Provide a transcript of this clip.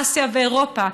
אסיה ואירופה,